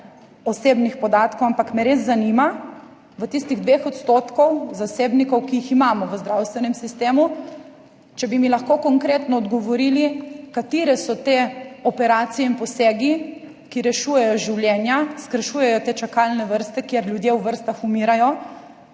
osebnih podatkov, ampak me res zanima, od tistih 2 % zasebnikov, ki jih imamo v zdravstvenem sistemu, če bi mi lahko konkretno odgovorili, katere so te operacije in posegi, ki rešujejo življenja, skrajšujejo te čakalne vrste, kjer ljudje v vrstah umirajo,